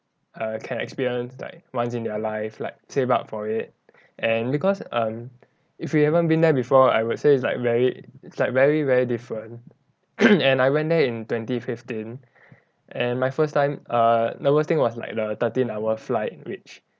err can experience like once in their life like save up for it and because um if you haven't been there before I would say it's like very it's like very very different and I went there in twenty fifteen and my first time err the worst thing was like the thirteen hour flight which